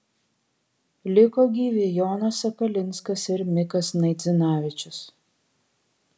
liko gyvi jonas sakalinskas ir mikas naidzinavičius